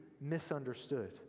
misunderstood